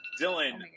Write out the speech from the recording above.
Dylan